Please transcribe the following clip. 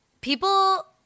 People